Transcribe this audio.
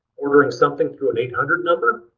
ordering something through an eight hundred number,